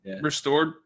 Restored